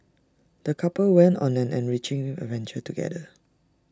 the couple went on an enriching adventure together